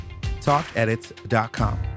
TalkEdits.com